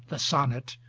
the sonnet,